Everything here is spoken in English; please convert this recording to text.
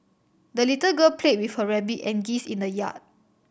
the little girl played with her rabbit and geese in the yard